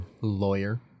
lawyer